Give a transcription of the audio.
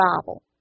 Bible